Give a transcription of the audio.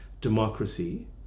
democracy